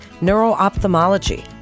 neuro-ophthalmology